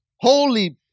holy